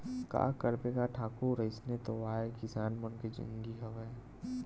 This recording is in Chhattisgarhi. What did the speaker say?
का करबे गा ठाकुर अइसने तो आय किसान मन के जिनगी हवय